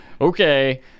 Okay